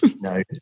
no